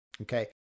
Okay